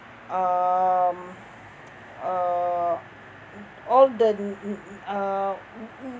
um uh all the mm uh mm